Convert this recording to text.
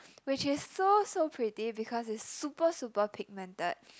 which is so so pretty because it's super super pigmented